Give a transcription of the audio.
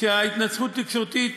שהתנצחות תקשורתית